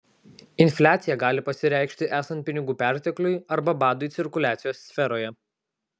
infliacija gali pasireikšti esant pinigų pertekliui arba badui cirkuliacijos sferoje